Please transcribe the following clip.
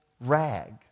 rag